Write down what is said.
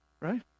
right